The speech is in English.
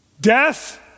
Death